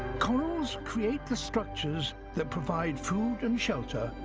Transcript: corals create the structures that provide food and shelter,